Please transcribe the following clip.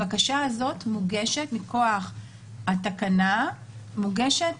שהבקשה הזאת מוגשת מכוח התקנה מוגשת